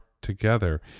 together